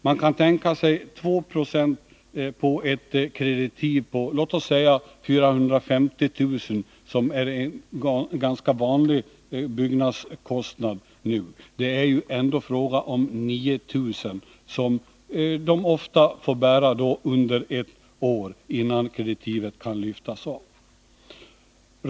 Vi kan tänka oss 2 90 på ett kreditiv på låt oss säga 450000 kr., som är en ganska vanlig byggnadskostnad nu. Det är då fråga om 9 000 kr., som ofta får bäras under ett år, innan kreditivet kan lyftas av.